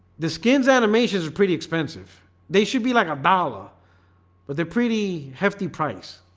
the skins animations are pretty expensive they should be like a dollar but they're pretty hefty price,